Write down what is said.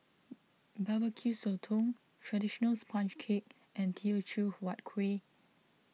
Barbecue Sotong Traditional Sponge Cake and Teochew Huat Kueh